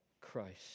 Christ